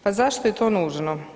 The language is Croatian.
Pa zašto je to nužno?